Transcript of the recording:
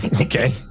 Okay